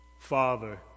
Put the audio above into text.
Father